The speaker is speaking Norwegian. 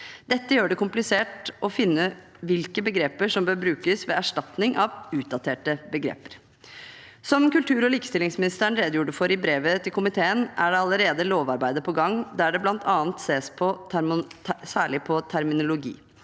Dette gjør det komplisert å finne hvilke begreper som bør brukes ved erstatning av utdaterte begreper. Som kultur- og likestillingsministeren redegjorde for i brevet til komiteen, er det allerede lovarbeid på gang der det bl.a. ses særlig på terminologi.